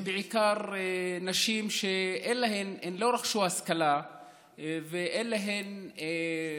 בעיקר נשים שלא רכשו השכלה ואין להן